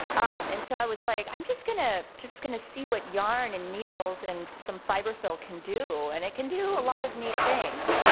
um and so i was like, i'm just gonna just gonna see what yarn and needles, and some fiberfill can do, and it can do a lot of neat things.